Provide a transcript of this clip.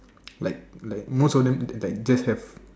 like like most of the like just have